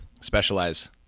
specialize